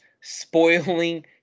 spoiling